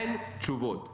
אין תשובות.